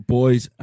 boys